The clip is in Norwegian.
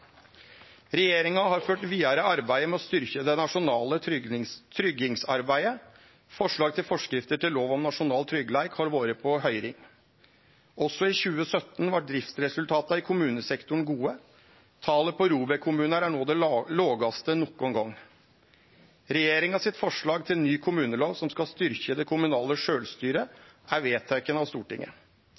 Regjeringa har ført vidare arbeidet med å styrkje det nasjonale tryggingsarbeidet. Forslag til forskrifter til lov om nasjonal tryggleik har vore på høyring. Også i 2017 var driftsresultata i kommunesektoren gode. Talet på ROBEK-kommunar er no det lågaste nokon gong. Regjeringa sitt forslag til ny kommunelov, som skal styrkje det kommunale sjølvstyret, er vedteke av Stortinget.